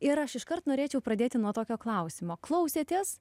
ir aš iškart norėčiau pradėti nuo tokio klausimo klausėtės